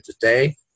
today